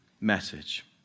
message